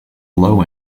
low